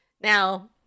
Now